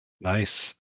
Nice